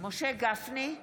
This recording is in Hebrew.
משה גפני,